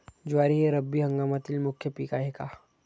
ज्वारी हे रब्बी हंगामातील मुख्य पीक आहे का?